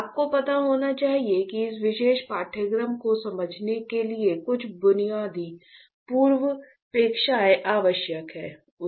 आपको पता होना चाहिए कि इस विशेष पाठ्यक्रम को समझने के लिए कुछ बुनियादी पूर्वापेक्षाएँ आवश्यक है